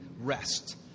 rest